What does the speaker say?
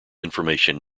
information